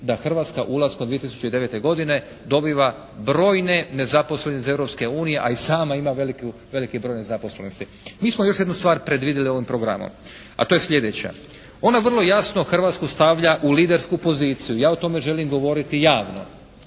da Hrvatska ulaskom 2009. godine dobiva brojne nezaposlene iz Europske unije, a i sama ima veliki broj nezaposlenosti. Mi smo još jednu stvar predvidjeli ovim programom, a to je sljedeće. Ona vrlo jasno Hrvatsku stavlja u lidersku poziciju. Ja o tome želim govoriti javno.